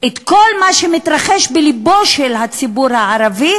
כל מה שמתרחש בלבו של הציבור הערבי,